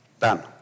Done